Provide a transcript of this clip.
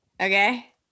okay